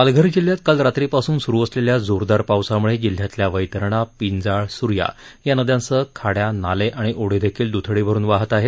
पालघर जिल्ह्यात काल रात्रीपासून स्रु असलेल्या जोरदार पावसाम्ळे जिल्ह्यातल्या वैतरणा पिंजाळ सूर्या या नदयांसह खाड्या नाले आणि ओढेदेखील दथडी भरून वाहत आहेत